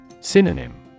Synonym